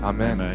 Amen